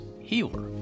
Healer